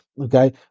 okay